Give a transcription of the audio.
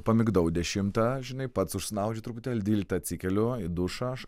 pamigdavau dešimtą žinai pats užsnaudžiu truputėlį dvyliktą atsikeliu į dušą aš